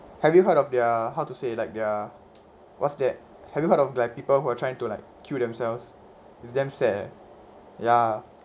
have you heard of there are how to say like there are what's that have you heard of black people who are trying to like kill themselves it's damn sad leh ya